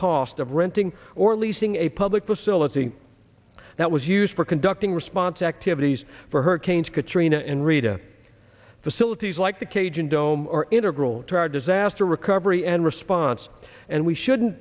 cost of renting or leasing a public facility that was used for conducting response activities for hurricanes katrina and rita facilities like the cajun dome are integral to our disaster recovery and response and we shouldn't